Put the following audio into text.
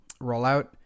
rollout